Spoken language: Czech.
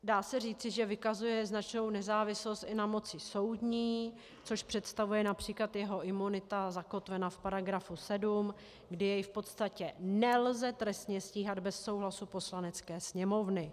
Dá se říci, že vykazuje značnou nezávislost i na moci soudní, což představuje například jeho imunita zakotvená v § 7, kdy jej v podstatě nelze trestně stíhat bez souhlasu Poslanecké sněmovny.